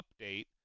update